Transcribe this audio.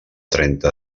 trenta